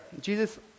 Jesus